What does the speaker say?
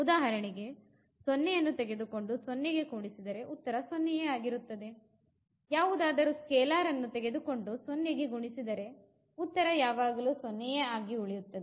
ಉದಾಹರಣೆಗೆ 0 ತೆಗೆದುಕೊಂಡು 0 ಗೆ ಕೂಡಿಸಿದರೆ ಉತ್ತರ 0 ನೇ ಆಗಿರುತ್ತದೆ ಯಾವುದಾದರು ಸ್ಕೇಲಾರ್ ಅನ್ನು ತೆಗೆದುಕೊಂಡು 0 ಗೆ ಗುಣಿಸಿದರೆ ಯಾವಾಗಲೂ ಉತ್ತರ 0 ಆಗಿಯೇ ಉಳಿಯುತ್ತದೆ